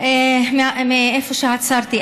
מאיפה שעצרתי.